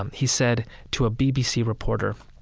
um he said to a bbc reporter,